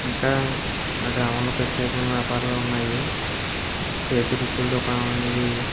ఇంకా మా గ్రామంలో ప్రత్యేకమైన వ్యాపారాలున్నాయి చేతి వృత్తుల దుకాణం అనేది